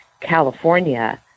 California